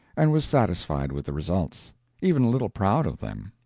and was satisfied with the results even a little proud of them.